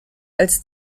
als